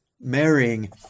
marrying